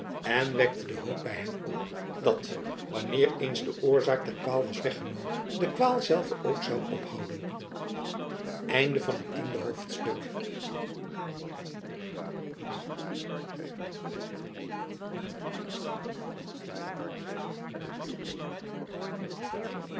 en wekte de hoop by hem op dat wanneer eens de oorzaak der kwaal was weggenomen de kwaal zelve ook zoû ophouden